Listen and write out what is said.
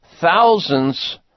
thousands